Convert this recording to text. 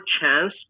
chance